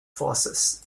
forces